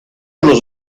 los